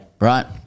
Right